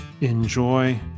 enjoy